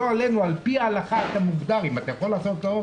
על פי ההלכה אתה מוגדר כרוצח,